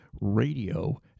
radio